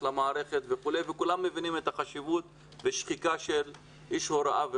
למערכת וכולם מבינים את החשיבות ואת השחיקה של איש הוראה.